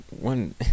One